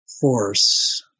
force